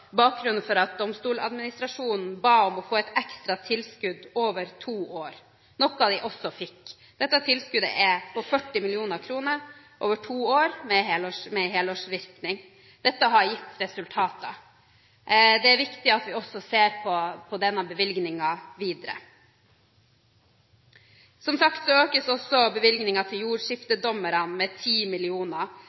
bakgrunnen for at Domstoladministrasjonen ba om å få et ekstra tilskudd over to år, noe de også fikk. Dette tilskuddet er på 40 mill. kr over to år, med helårsvirkning. Dette har gitt resultater. Det er viktig at vi også ser på denne bevilgningen videre. Som sagt økes også bevilgningen til